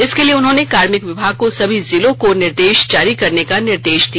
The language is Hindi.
इसके लिए उन्होंने कार्मिक विभाग को सभी जिलों को निर्देश जारी करने का निर्देश दिया